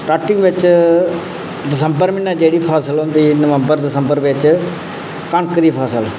starting बिच दिसंबर च जेहड़ी फसल होंदी नवम्बर दिसंबर बिच कनक दी फसल